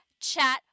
chat